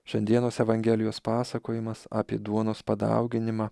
šiandienos evangelijos pasakojimas apie duonos padauginimą